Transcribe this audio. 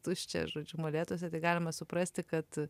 tuščia žodžiu molėtuose galima suprasti kad